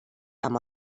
amb